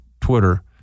Twitter